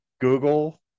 google